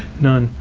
none,